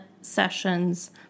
sessions